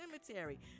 cemetery